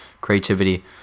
creativity